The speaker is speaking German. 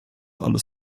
alles